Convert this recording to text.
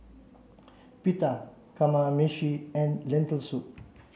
Pita Kamameshi and Lentil soup